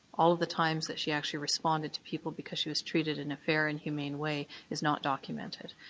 all of the times that she actually responded to people because she was treated in a fair and humane way, is not documented.